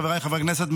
חבריי חברי הכנסת,